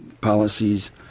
policies